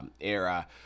era